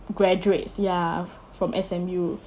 graduates ya from S_M_U